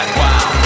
wow